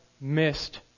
missed